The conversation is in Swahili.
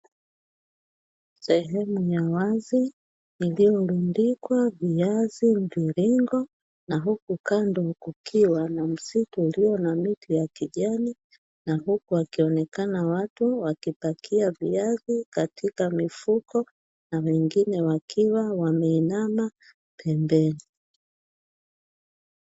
Sehemu ya wazi iliyorundikwa viazi mviringo na huku kando kukiwa na msitu ulio na miti ya kijani, na huku wakionekana watu wakipakia viazi katika mifuko na wengine wakiwa wameinama pembeni.